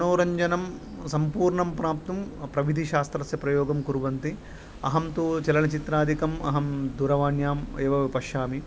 मनोरञ्जनं सम्पूर्णं प्राप्तुं प्रविधिशास्त्रस्य प्रयोगं कुर्वन्ति अहं तु चलनचित्रादिकम् अहं दूरवाण्याम् एव पश्यामि